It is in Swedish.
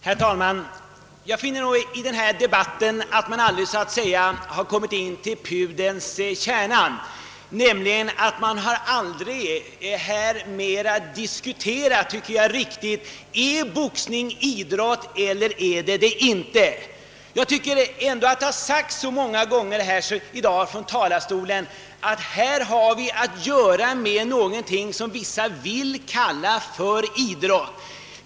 Herr talman! Jag finner att man i denna debatt aldrig har nått fram till pudelns kärna. Man har aldrig diskuterat om boxning är idrott eller inte. Det har många gånger sagts från denna talarstol att vi här har att göra med något som vissa personer vill kalla idrott.